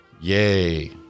Yay